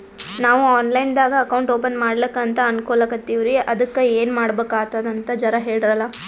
ನಾವು online ದಾಗ account open ಮಾಡ್ಲಕಂತ ಅನ್ಕೋಲತ್ತೀವ್ರಿ ಅದಕ್ಕ ಏನ ಮಾಡಬಕಾತದಂತ ಜರ ಹೇಳ್ರಲ?